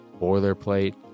boilerplate